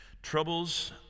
Troubles